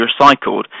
recycled